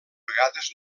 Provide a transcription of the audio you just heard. vegades